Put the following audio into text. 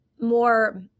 more